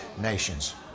nations